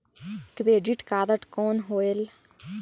Credit card कौन होएल?